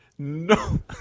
No